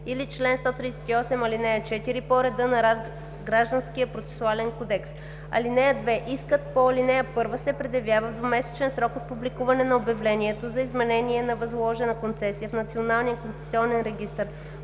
или чл. 138, ал. 4 по реда на Гражданския процесуален кодекс. (2) Искът по ал. 1 се предявява в двумесечен срок от публикуване на обявлението за изменение на възложена концесия в